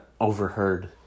overheard